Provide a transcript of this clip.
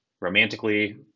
romantically